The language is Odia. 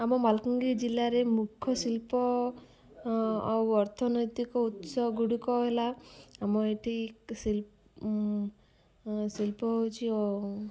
ଆମ ମାଲକାନଗିରି ଜିଲ୍ଲାରେ ମୁଖ୍ୟ ଶିଳ୍ପ ଆଉ ଅର୍ଥନୈତିକ ଉତ୍ସ ଗୁଡ଼ିକ ହେଲା ଆମ ଏଠି ଶି ଶିଳ୍ପ ହେଉଛି